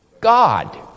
God